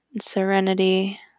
serenity